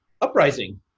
uprising